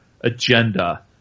agenda